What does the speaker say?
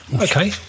Okay